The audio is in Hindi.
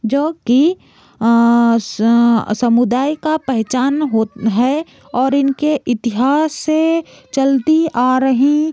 जो कि समुदाय की पहचान होती है और इन के इतिहास से चलती आ रही